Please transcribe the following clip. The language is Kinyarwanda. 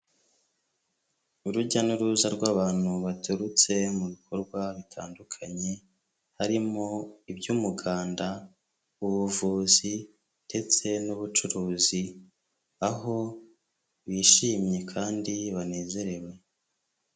Urujya n'uruza rw'abantu baturutse mu bikorwa bitandukanye, harimo iby'umuganda, ubuvuzi ndetse n'ubucuruzi, aho bishimye kandi banezerewe.